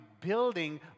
building